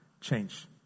change